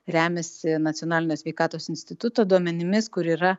remiasi nacionalinio sveikatos instituto duomenimis kur yra